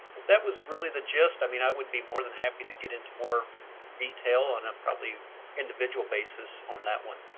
that was really the gist. i mean, i would be more than happy to get into more detail on a probably individual basis on that one.